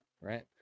right